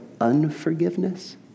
unforgiveness